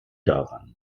daran